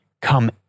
come